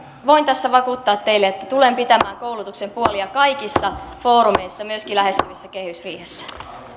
voin tässä vakuuttaa teille että tulen pitämään koulutuksen puolia kaikilla foorumeilla myöskin lähestyvässä kehysriihessä